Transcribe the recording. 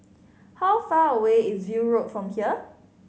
how far away is View Road from here